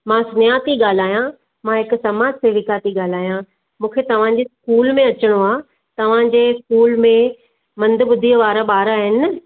मां स्नेहा थी ॻाल्हायां मां हिकु समाज सेविका थी ॻाल्हायां मूंखे तव्हांजे स्कूल में अचिणो आहे तव्हांजे स्कूल में मंद बुद्धीअ वारा ॿार आहिनि न